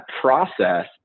process